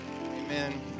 Amen